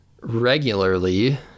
regularly